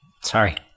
Sorry